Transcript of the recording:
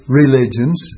religions